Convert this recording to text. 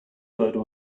bird